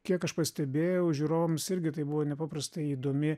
kiek aš pastebėjau žiūrovams irgi tai buvo nepaprastai įdomi